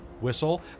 whistle